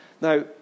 Now